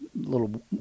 little